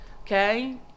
okay